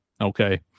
okay